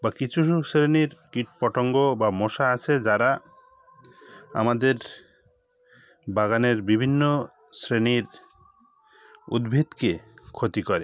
বা কিছু শ্রেণীর কীটপতঙ্গ বা মশা আছে যারা আমাদের বাগানের বিভিন্ন শ্রেণীর উদ্ভিদকে ক্ষতি করে